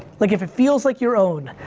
like if it feels like your own,